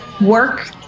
work